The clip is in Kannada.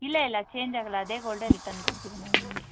ಇಲ್ಲ ಇಲ್ಲ ಚೇಂಜ್ ಆಗೋಲ್ಲ ಅದೇ ಗೋಲ್ಢೇ ರಿಟನ್ ಕೊಡ್ತೀವಿ ನಾವು ನಿಮಗೆ